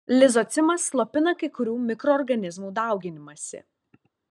lizocimas slopina kai kurių mikroorganizmų dauginimąsi